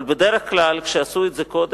אבל כשעשו את זה קודם,